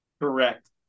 correct